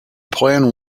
plan